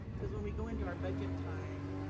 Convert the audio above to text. because when we go into our budget time,